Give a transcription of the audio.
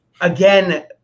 Again